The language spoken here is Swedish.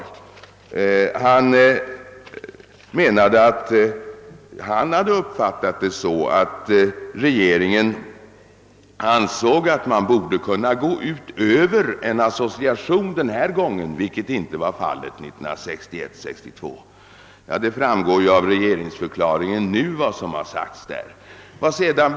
Han hade uppfattat det så att regeringen ansåg att man borde kunna gå utöver en association denna gång, vilket inte var fallet 1961—1962. Ja, av regeringsdeklarationen framgår ju vad som då hade sagts.